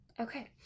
Okay